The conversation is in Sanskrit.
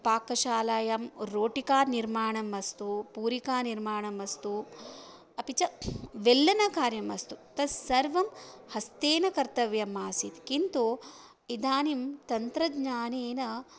पाकशालायां रोटिका निर्माणम् अस्तु पूरिकानिर्माणम् अस्तु अपि च वेल्लनकार्यम् अस्तु तत्सर्वं हस्तेन कर्तव्यम् आसीत् किन्तु इदानीं तन्त्रज्ञानेन